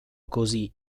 così